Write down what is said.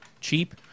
cheap